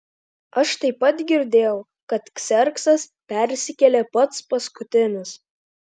aš taip pat girdėjau kad kserksas persikėlė pats paskutinis